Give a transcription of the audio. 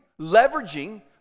leveraging